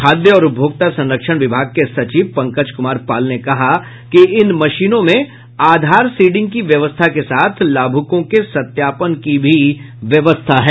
खाद्य और उपभोक्ता संरक्षण विभाग के सचिव पंकज कुमार पाल ने कहा कि इन मशीनों में आधार सीडिंग की व्यवस्था के साथ लाभूकों के सत्यापन की भी व्यवस्था है